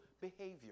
behavior